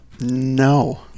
No